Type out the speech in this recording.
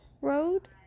Road